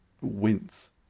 wince